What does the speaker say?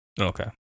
Okay